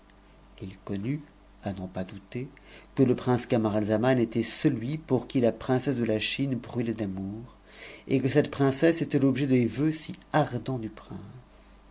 il connut à n'en pas douter que le prince cau ralzaman était celui pour qui la princesse de la chine brûlait d'amour ci que cette princesse était l'objet des vœux si ardents du prince